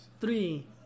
Three